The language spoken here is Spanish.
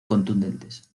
contundentes